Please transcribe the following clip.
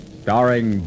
starring